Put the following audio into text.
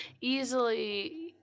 easily